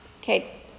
Okay